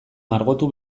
margotu